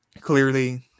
clearly